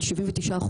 על פערים של 79%,